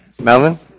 Melvin